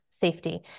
safety